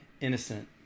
innocent